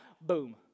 boom